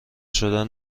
شدن